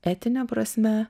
etine prasme